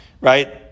Right